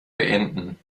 beenden